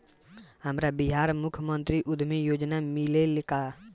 हमरा बिहार मुख्यमंत्री उद्यमी योजना मिली का?